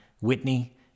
Whitney